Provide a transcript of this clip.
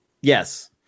Yes